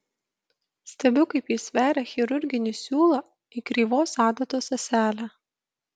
stebiu kaip jis veria chirurginį siūlą į kreivos adatos ąselę